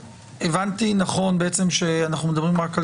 הבנתי נכון שבעצם אנחנו מדברים רק על